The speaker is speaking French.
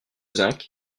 zinc